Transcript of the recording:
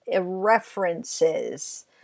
references